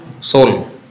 soul